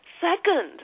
second